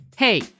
Hey